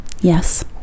yes